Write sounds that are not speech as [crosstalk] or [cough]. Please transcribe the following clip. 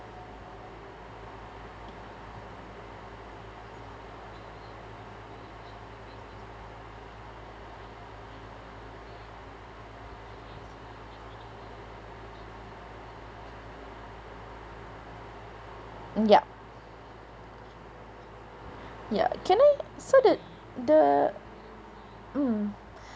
yup ya can I so the the mm [breath]